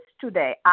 today